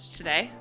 today